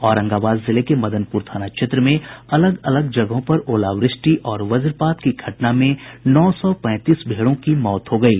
औरंगाबाद जिले के मदनपुर थाना क्षेत्र में अलग अलग जगहों पर ओलावृष्टि और वजपात की घटना में नौ सौ पैंतीस भेड़ों की मौत हो गयी